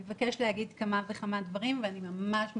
אני מבקשת להגיד כמה ו כמה דברים, ואני ממש מבקשת,